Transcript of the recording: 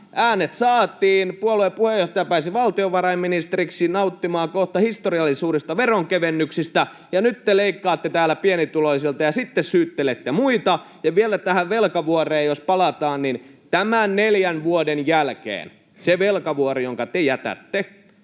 äänet saatiin, puolueen puheenjohtaja pääsi valtiovarainministeriksi nauttimaan kohta historiallisista veronkevennyksistä, ja nyt te leikkaatte täällä pienituloisilta ja sitten syyttelette muita. Ja vielä tähän velkavuoreen jos palataan, niin tämän neljän vuoden jälkeen se velkavuori, jonka te jätätte,